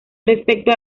respecto